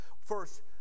First